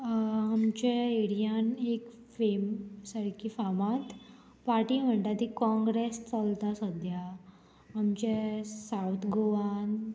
आमच्या एरियान एक फेम सारकी फामाद पार्टी म्हणटा ती काँग्रेस चलता सद्या आमचे सावथ गोवान